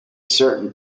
certain